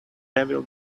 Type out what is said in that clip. devil